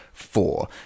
Four